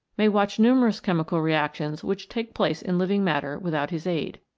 may watch numerous chemical reactions which take place in living matter without his aid.